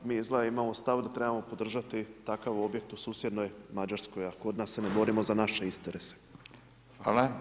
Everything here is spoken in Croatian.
Mi izgleda imamo stav da trebamo podržati takav objekt u susjednoj Mađarskoj, a kod nas se ne borimo za naše interese.